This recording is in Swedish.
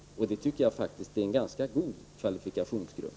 Det tycker jag faktiskt är en ganska god kvalifikationsgrund.